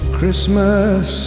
Christmas